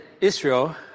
Israel